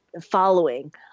following